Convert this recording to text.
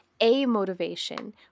amotivation